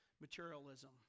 materialism